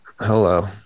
hello